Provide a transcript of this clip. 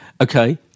Okay